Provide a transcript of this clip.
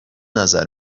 نظر